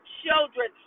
children